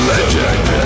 Legend